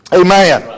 amen